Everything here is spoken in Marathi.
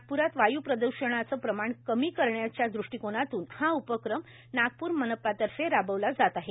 नागप्रात वाय् प्रद्षणचे प्रमाण कमी करण्याचे दृष्टीकोणातून हा उपक्रम नागप्र मनपातर्फे राबविला जात आहे